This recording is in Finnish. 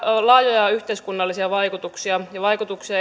laajoja yhteiskunnallisia vaikutuksia ja vaikutuksia